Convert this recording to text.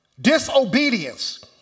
disobedience